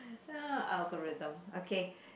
ya algorithm okay